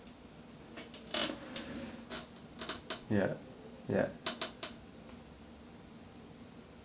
ya ya